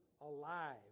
alive